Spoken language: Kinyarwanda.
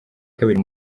kabiri